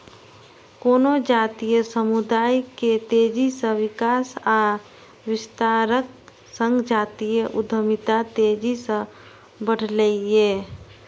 कोनो जातीय समुदाय के तेजी सं विकास आ विस्तारक संग जातीय उद्यमिता तेजी सं बढ़लैए